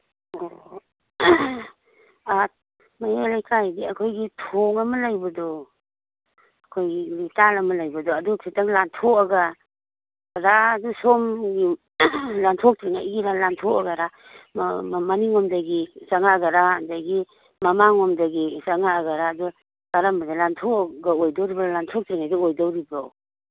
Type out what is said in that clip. ꯑꯣ ꯃꯌꯥꯏ ꯂꯩꯀꯥꯏꯗꯤ ꯑꯩꯈꯣꯏꯒꯤ ꯊꯣꯡ ꯑꯃ ꯂꯩꯕꯗꯣ ꯑꯩꯈꯣꯏꯒꯤ ꯂꯤꯇꯥꯟ ꯑꯃ ꯂꯩꯕꯗꯣ ꯈꯤꯇꯪ ꯂꯥꯟꯊꯣꯛꯑꯒ ꯔꯥꯗꯨ ꯁꯣꯝ ꯂꯥꯟꯊꯣꯛꯇ꯭ꯔꯤꯉꯩꯒꯤ ꯂꯥꯟꯊꯣꯛꯑꯒꯔꯥ ꯃꯅꯤꯡꯂꯣꯝꯗꯒꯤ ꯆꯪꯉꯛꯑꯒꯦꯔꯥ ꯑꯗꯒꯤ ꯃꯃꯥꯡꯂꯣꯝꯗꯒꯤ ꯆꯪꯉꯛꯑꯒꯦꯔꯥ ꯑꯗꯣ ꯀꯔꯝꯕꯗ ꯂꯥꯟꯊꯣꯛꯑꯒ ꯑꯣꯏꯗꯣꯔꯤꯕ꯭ꯔ ꯂꯥꯟꯊꯣꯛꯇ꯭ꯔꯤꯉꯩꯗ ꯑꯣꯏꯗꯣꯔꯤꯕ꯭ꯔꯣ